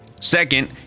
Second